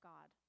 God